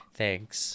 thanks